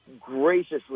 graciously